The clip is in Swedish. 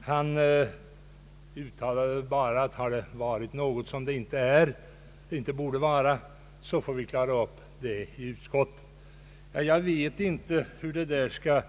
Han uttalade bara, att har något varit som det inte borde vara, får vi klara upp det i utskottet. Jag vet inte hur detta skall